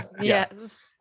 yes